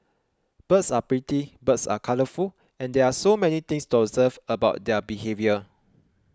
birds are pretty birds are colourful and there are so many things to observe about their behaviour